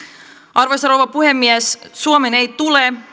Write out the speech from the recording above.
arvoisa rouva puhemies suomen ei tule